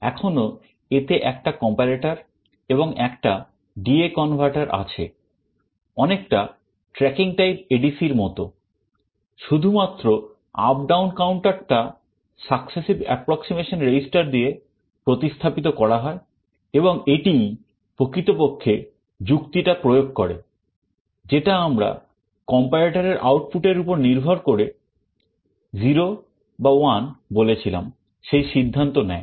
এখনো এতে একটা Comparator এবং একটা DA converter আছে অনেকটা tracking type ADC এর মত শুধুমাত্র up down counter টা successive approximation register দিয়ে প্রতিস্থাপিত করা হয় এবং এটিই প্রকৃতপক্ষে যুক্তিটা প্রয়োগ করে যেটা আমরা comparator এর আউটপুট এর উপর নির্ভর করে 0 বা 1 বলেছিলাম সেই সিদ্ধান্ত নেয়